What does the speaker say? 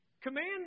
Command